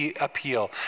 appeal